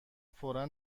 فورا